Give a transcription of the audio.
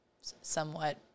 somewhat